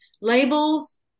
Labels